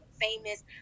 famous